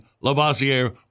Lavoisier